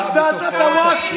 הגדלת את הווקף.